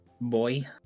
boy